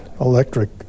electric